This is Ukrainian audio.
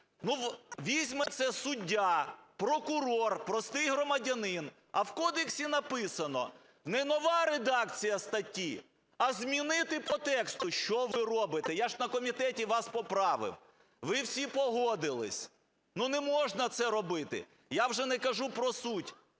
Ну, візьме суддя, прокурор, простий громадянин, а в кодексі написано: не нова редакція статті, а "змінити по тексту". Що ви робите? Я ж на комітеті вас поправив, ви всі погодились. ну, не можна це робити! Я вже не кажу про суть.